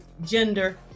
gender